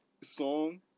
song